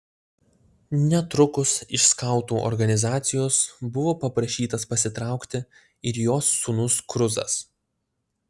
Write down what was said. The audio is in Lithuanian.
netrukus iš skautų organizacijos buvo paprašytas pasitraukti ir jos sūnus kruzas